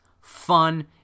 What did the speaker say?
fun